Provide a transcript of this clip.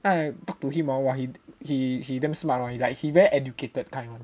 that time I talk to him hor !wah! he he he damn smart [one] like he very educated kind [one]